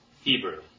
Hebrew